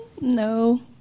No